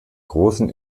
großen